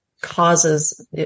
causes